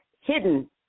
hidden